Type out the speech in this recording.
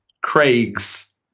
Craig's